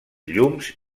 llums